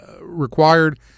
required